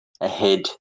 ahead